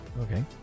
Okay